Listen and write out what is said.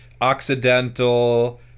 Occidental